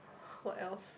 what else